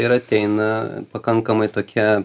ir ateina pakankamai tokia